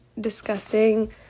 discussing